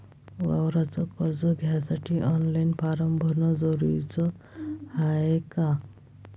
वावराच कर्ज घ्यासाठी ऑनलाईन फारम भरन जरुरीच हाय का?